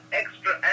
extra